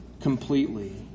completely